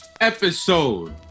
episode